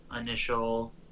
initial